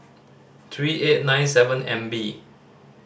three eight nine seven M B